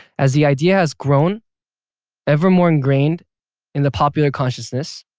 as the idea has grown ever more ingrained in the popular consciousness